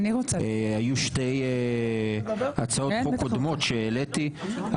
אני חושבת שהצעת החוק הזאת היא באמת רק סימפטום לכל